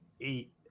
eight